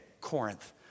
Corinth